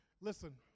Listen